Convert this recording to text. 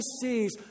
sees